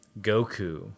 Goku